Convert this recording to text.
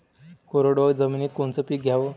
कोरडवाहू जमिनीत कोनचं पीक घ्याव?